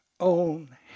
own